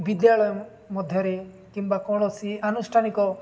ବିଦ୍ୟାଳୟ ମଧ୍ୟରେ କିମ୍ବା କୌଣସି ଆନୁଷ୍ଠାନିକ